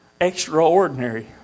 extraordinary